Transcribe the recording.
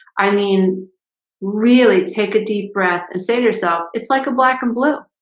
i mean really take a deep breath and say to yourself. it's like a black-and-blue